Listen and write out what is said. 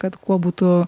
kad kuo būtų